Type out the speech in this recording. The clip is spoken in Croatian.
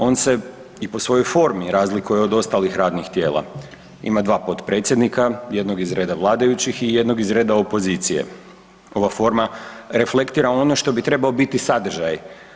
On se i po svojoj formi razlikuje od ostalih radnih tijela, ima dva potpredsjednika, jednog iz rada vladajućih i jednog iz reda opozicije, ova forma reflektira ono što bi trebao biti sadržaj.